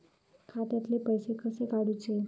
खात्यातले पैसे कसे काडूचे?